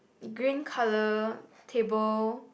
green colour table